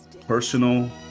personal